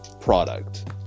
product